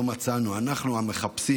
"לא מצאנו" אנחנו המחפשים,